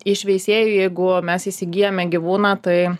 iš veisėjų jeigu mes įsigyjame gyvūną tai